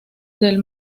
del